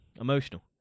emotional